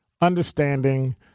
understanding